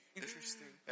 interesting